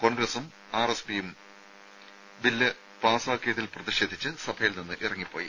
കോൺഗ്രസും ആർഎസ്പിയും ബില്ല് പാസാക്കിയതിൽ പ്രതിഷേധിച്ച് സഭയിൽ നിന്നും ഇറങ്ങിപ്പോയി